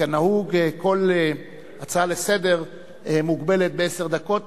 כנהוג, כל הצעה לסדר-היום מוגבלת לעשר דקות.